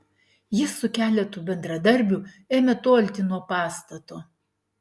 jis su keletu bendradarbių ėmė tolti nuo pastato